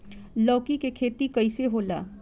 लौकी के खेती कइसे होला?